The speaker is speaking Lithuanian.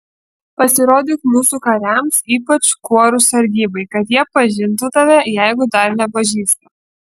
pasirodyk mūsų kariams ypač kuorų sargybai kad jie pažintų tave jeigu dar nepažįsta